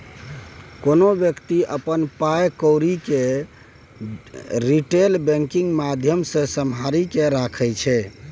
कोनो बेकती अपन पाइ कौरी केँ रिटेल बैंकिंग माध्यमसँ सम्हारि केँ राखै छै